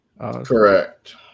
correct